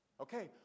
Okay